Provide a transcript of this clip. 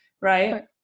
Right